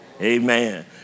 Amen